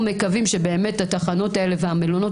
אנחנו מקווים שהתחנות האלה והמלונות